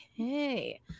Okay